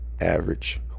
average